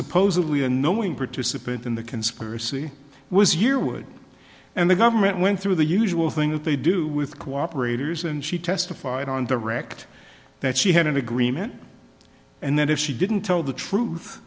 supposedly a knowing participant in the conspiracy was year wood and the government went through the usual thing that they do with cooperators and she testified on direct that she had an agreement and that if she didn't tell the truth